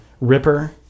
Ripper